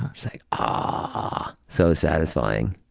it's like um ah so satisfying.